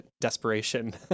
desperation